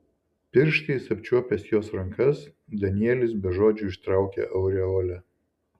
pirštais apčiuopęs jos rankas danielis be žodžių ištraukė aureolę